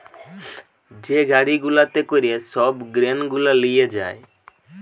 যে গাড়ি গুলাতে করে সব গ্রেন গুলা লিয়ে যায়